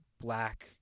black